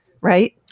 Right